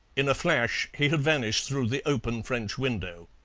in a flash he had vanished through the open french window.